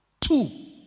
Two